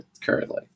currently